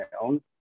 own